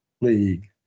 League